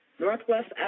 Northwest